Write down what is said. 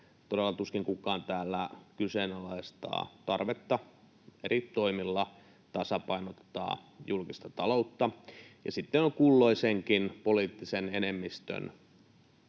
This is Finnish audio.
todella tuskin kukaan täällä kyseenalaistaa tarvetta eri toimilla tasapainottaa julkista taloutta. Sitten on kulloisenkin poliittisen enemmistön